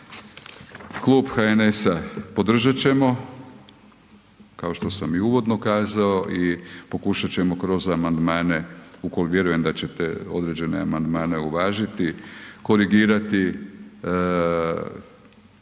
Klub HNS-a podržati ćemo, kao što sam i uvodno kazao i pokušati ćemo kroz amandman u koje vjerujem da ćete određene amandman uvažiti, korigirati,